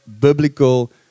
biblical